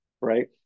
right